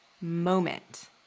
moment